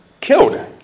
killed